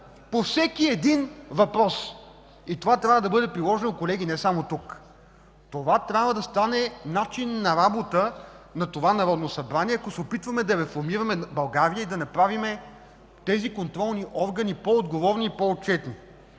по всеки един въпрос. Това трябва да бъде приложено, колеги, не само тук. Това трябва да стане начин на работа на това Народно събрание, ако се опитваме да реформираме България и да направим тези контролни органи по-отговорни и по-отчетни.